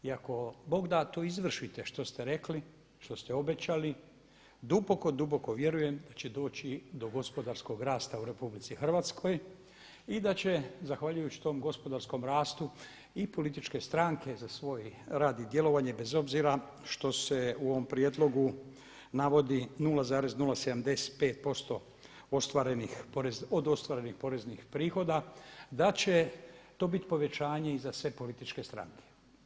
I ako Bog da to izvršite što ste rekli, što ste obećali duboko, duboko vjerujem da će doći do gospodarskog rasta u Republici Hrvatskoj i da će zahvaljujući tom gospodarskom rastu i političke stranke za svoj rad i djelovanje bez obzira što se u ovom prijedlogu navodi 0,075% od ostvarenih poreznih prihoda, da će to biti povećanje i za sve političke stranke.